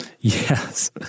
Yes